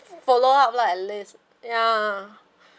follow up lah at least ya